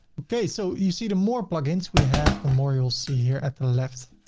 okay. so you see the more plugins we have, the more you will see here at the left.